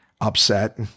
upset